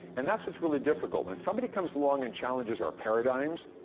and that's what's really difficult. when somebody comes along and challenges our paradigms,